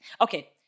Okay